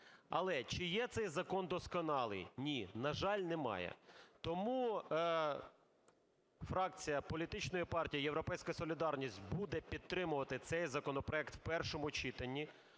Але, чи є цей закон досконалий? Ні, на жаль, немає. Тому фракція політичної партії "Європейська солідарність" буде підтримувати цей законопроект в першому читанні.